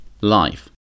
Life